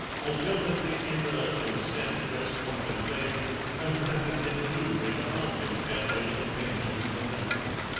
alternately inert in statuesque contemplation and rapidly manoeuvring a fountain-pen over the pages of a note-book.